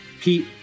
Pete